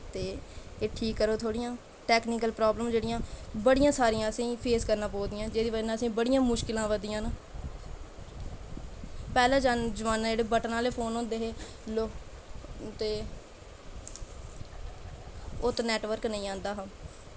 ते एह् ठीक करेओ थोह्ड़ियां टेक्नीकल प्रॉब्लमां जेह्ड़ियां बड़ियां सारियां असेंगी फेस करना पवा दियां न जेह्ही बजह कन्नै असेंगी पैह्ले जमानै जेह्ड़े बटन आह्ले फोन होंदे हे लोग ते उत्त नेटवर्क नेईं आंदा हा